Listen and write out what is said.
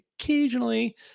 occasionally